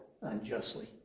unjustly